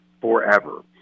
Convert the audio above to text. forever